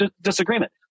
disagreement